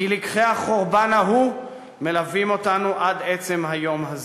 כי לקחי החורבן ההוא מלווים אותנו עד עצם היום הזה.